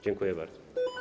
Dziękuję bardzo.